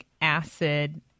acid